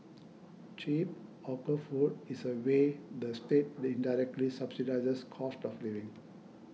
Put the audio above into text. cheap hawker food is a way the state the indirectly subsidises cost of living